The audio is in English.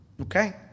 Okay